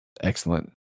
Excellent